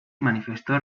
manifestó